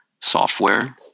software